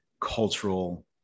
cultural